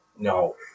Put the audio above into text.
No